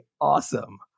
awesome